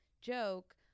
joke